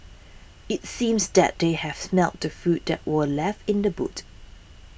it seems that they had smelt the food that were left in the boot